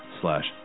slash